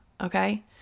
okay